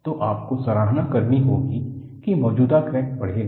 तो आपको सराहना करनी होगी कि मौजूदा क्रैक बढ़ेगा